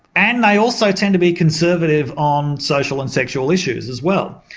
and they also tend to be conservative on social and sexual issues as well.